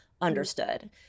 Understood